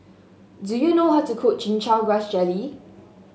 do you know how to cook Chin Chow Grass Jelly